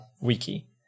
wiki